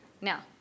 now